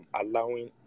Allowing